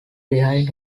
behind